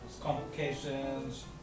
complications